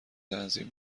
تنظیم